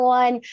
one